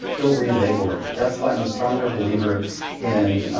they'll relabel it. that's why i'm a stronger believer in